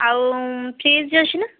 ଆଉ ଫ୍ରିଜ୍ ଅଛି ନା